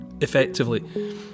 Effectively